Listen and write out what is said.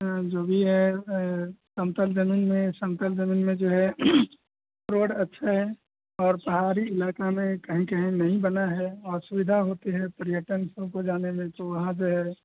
हाँ जो भी है समतल जमीन में समतल जमीन में जो है रोड अच्छी है और पहाड़ी इलाका में कहीं कहीं नहीं बनी है असुविधा होती है पर्यटक सबको जाने में तो वहाँ जो है